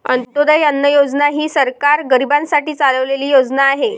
अंत्योदय अन्न योजना ही सरकार गरीबांसाठी चालवलेली योजना आहे